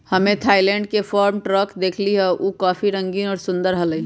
हम्मे थायलैंड के farm truck देखली हल, ऊ काफी रंगीन और सुंदर हलय